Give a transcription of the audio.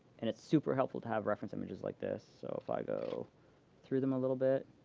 and it's super helpful to have reference images like this. so if i go through them a little bit,